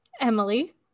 Emily